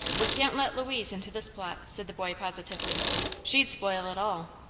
we can't let louise into this plot, said the boy, positively she'd spoil it all.